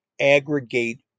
aggregate